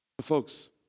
Folks